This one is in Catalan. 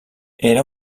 era